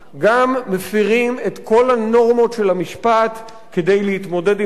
גם מפירים את כל הנורמות של המשפט כדי להתמודד עם בעיה.